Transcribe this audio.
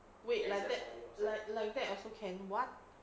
wait like that like that also can what